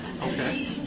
Okay